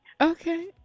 okay